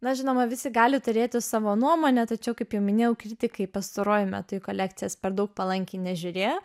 na žinoma visi gali turėti savo nuomonę tačiau kaip jau minėjau kritikai pastaruoju metu į kolekcijas per daug palankiai nežiūrėjo